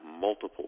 multiple